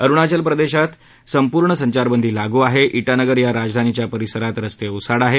अरुणाचल प्रदेश मध्ये संपूर्ण संचारबंदी लागू आहे इटानगर या राजधानीच्या परिसरात रस्ते ओसाड आहेत